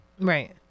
Right